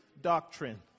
doctrine